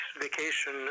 vacation